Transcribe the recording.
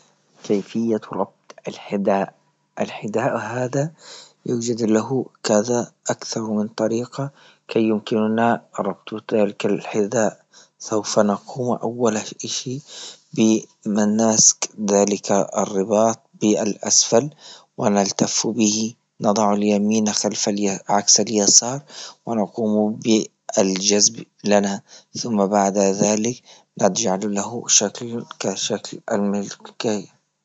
كيفية ربط الحذاء، الحذاء هذا يوجد له كذا أكثر من طريقة كي يمكننا ربط تلك الحذاء، سوف نقوم أول إشي بالمناسك ذلك الرباط بالأسفل ونلتف به نضع اليمين خلف ي- عكس اليسار ونقوم بالجذب لنا ثم بعد ذلك نجعل له شكل كشكل.